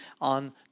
on